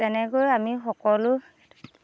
তেনেকৈ আমি সকলো